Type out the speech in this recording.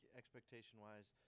expectation-wise